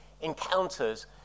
encounters